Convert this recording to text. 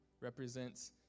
represents